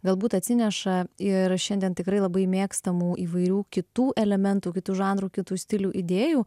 galbūt atsineša ir šiandien tikrai labai mėgstamų įvairių kitų elementų kitų žanrų kitų stilių idėjų